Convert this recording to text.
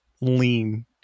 lean